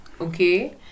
okay